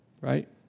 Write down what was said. right